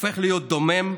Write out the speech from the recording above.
הופך להיות דומם,